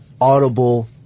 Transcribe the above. Audible